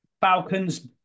Falcons